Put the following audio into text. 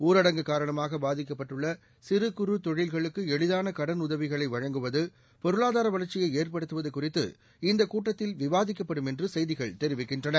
ஊரடங்கு காரணமாக பாதிக்கப்பட்டுள்ள சிறு குறு தொழில்களுக்கு எளிதான கடனுதவிகளை வழங்குவது பொருளாதார வளர்ச்சியை ஏற்படுத்துவது குறித்து இந்த கூட்டத்தில் விவாதிக்கப்படும் என்று செய்திகள் தெரிவிக்கின்றன